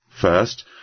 First